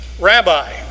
Rabbi